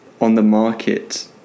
on-the-market